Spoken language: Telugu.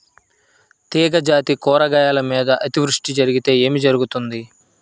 తీగజాతి కూరగాయల మీద అతివృష్టి జరిగితే ఏమి జరుగుతుంది?